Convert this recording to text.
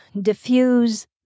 diffuse